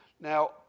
Now